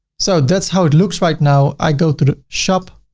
so that's how it looks right now. i go to shop